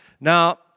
Now